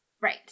Right